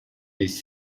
these